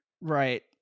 right